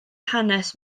hanes